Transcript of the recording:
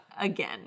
again